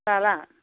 लाला